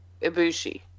Ibushi